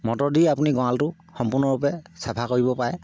motor দি আপুনি গঁৱালটো সম্পূৰ্ণৰূপে চাফা কৰিব পাৰে